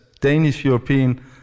Danish-European